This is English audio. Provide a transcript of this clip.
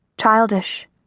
childish